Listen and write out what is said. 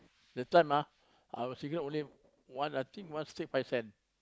that time ah our cigarette only one I think one stick five cent